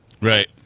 Right